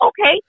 Okay